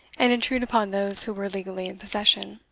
and intrude upon those who were legally in possession.